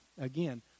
again